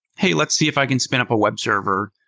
hey, let's see if i can spin up a web server.